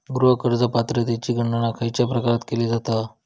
गृह कर्ज पात्रतेची गणना खयच्या प्रकारे केली जाते?